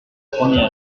premier